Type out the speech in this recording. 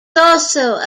also